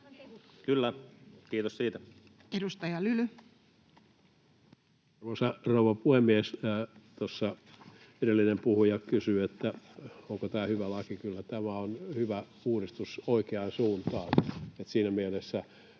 Kyllä, kiitos siitä. Edustaja Lyly.